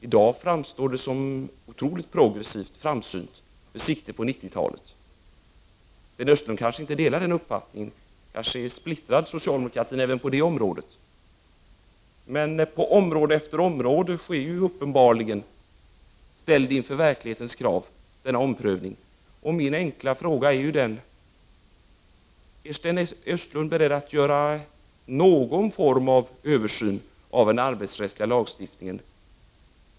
I dag framstår det som otroligt progressivt och framsynt, med sikte på 1990-talet. Jag vet inte om Sten Östlund delar den uppfattningen — socialdemokraterna kanske är splittrade även på den punkten. På område efter område sker denna omprövning, när man ställs inför verklighetens krav. Min enkla fråga är: Är Sten Östlund beredd att göra någon form av översyn av den arbetsrättsliga lagstiftningen?